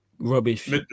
Rubbish